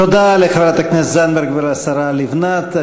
תודה לחברת הכנסת זנדברג ולשרה לבנת.